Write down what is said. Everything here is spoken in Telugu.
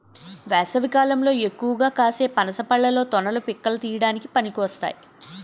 వేసవికాలంలో ఎక్కువగా కాసే పనస పళ్ళలో తొనలు, పిక్కలు తినడానికి పనికొస్తాయి